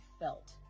felt